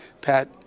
Pat